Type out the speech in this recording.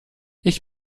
ich